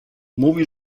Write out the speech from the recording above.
mówi